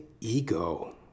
ego